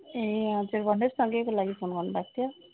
ए हजुर भन्नुहोस् न केको लागि फोन गर्नुभएको थियो